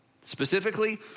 Specifically